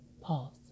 Pause